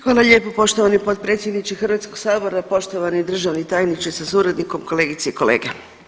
Hvala lijepo poštovani potpredsjedniče Hrvatskog sabora, poštovani državni tajniče sa suradnikom, kolegice i kolege.